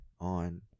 on